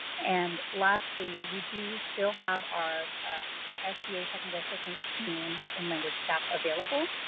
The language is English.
and lastly, we do still have our sba technical assistance team with in language staff available,